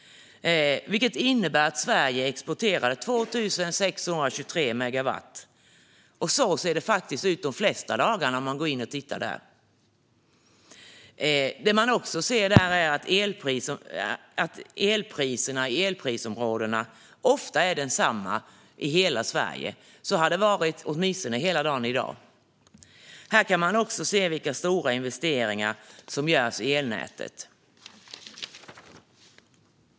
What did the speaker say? Det innebär att Sverige exporterade 2 623 megawatt, och så ser det faktiskt ut de flesta dagar man går in och tittar. Det man också kan se är att elpriserna i elprisområdena ofta är desamma i hela Sverige. Så har det åtminstone varit hela dagen i dag. Här kan man också se vilka stora investeringar som görs i elnätet.